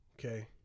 Okay